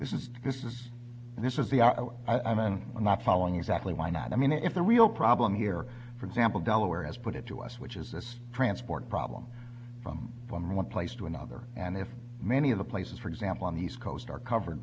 this is this is this is the i'm and i'm not following exactly why not i mean if the real problem here for example delaware has put it to us which is this transport problem from from one place to another and if many of the places for example on the east coast are covered